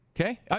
Okay